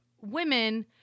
women